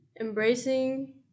Embracing